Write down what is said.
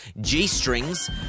G-strings